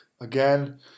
Again